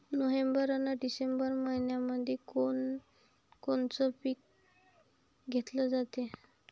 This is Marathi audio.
नोव्हेंबर अन डिसेंबर मइन्यामंधी कोण कोनचं पीक घेतलं जाते?